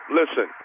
listen